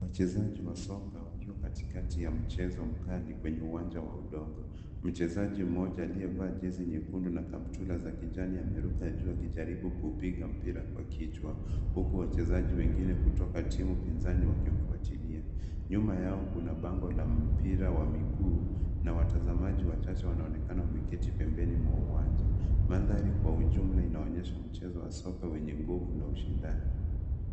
Wachezaji wa soka wakiwa katikati ya mchezo mkali kwenye uwanja wa udongo, mchezaji mmoja aliyevaa jezi nyekundu na kaptula za kijani ameruka ya jua akijaribu kupiga mpira kwa kichwa huku wachezaji wengine kutoka timu pinzani wakimfuatilia ,nyuma yao kuna bango la mpira wa miguu na watazamaji wachache wanaonekana wameketi pembeni mwa uwanja, mandhari kwa ujumla inaonyesha mchezo wa soka wenye nguvu na ushindani.